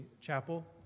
chapel